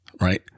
right